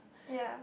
ya